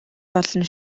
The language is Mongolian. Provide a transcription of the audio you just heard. болно